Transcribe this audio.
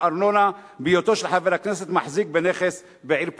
ארנונה בהיותו של חבר הכנסת מחזיק בנכס בעיר פלונית".